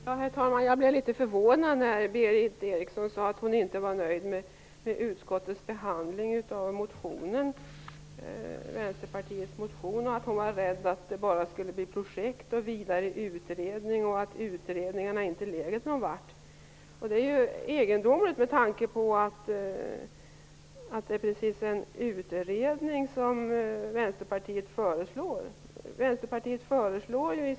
Herr talman! Jag blev litet förvånad när Berith Eriksson sade att hon inte var nöjd med utskottets behandling av Vänsterpartiets motion och att hon var rädd att den bara skulle utmynna i projekt och vidare utredning. Hon var vidare rädd för att utredningarna inte skulle leda till något. Det är egendomligt med tanke på att det är precis en utredning som Vänsterpartiet föreslår.